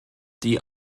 die